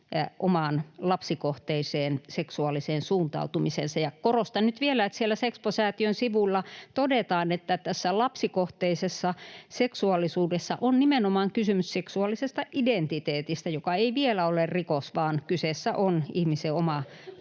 omaan lapsikohteiseen seksuaaliseen suuntautumiseensa. Ja korostan nyt vielä, että siellä Sexpo-sää-tiön sivuilla todetaan, että tässä lapsikohteisessa seksuaalisuudessa on nimenomaan kysymys seksuaalisesta identiteetistä, joka ei vielä ole rikos, vaan kyseessä on ihmisen oma